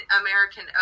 American